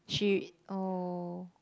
she oh